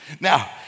Now